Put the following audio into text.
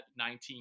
19